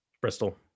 Bristol